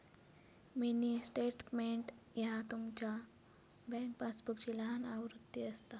mini statement ह्या तुमचा bank पासबुकची लहान आवृत्ती असता